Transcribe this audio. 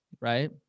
right